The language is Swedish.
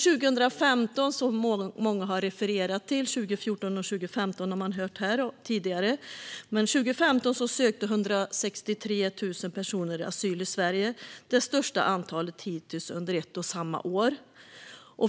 Åren 2014 och 2015 har många här tidigare refererat till. År 2015 sökte 163 000 personer asyl i Sverige - det är det största antalet hittills under ett och samma år.